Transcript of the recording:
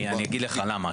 אני אגיד לך למה.